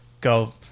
go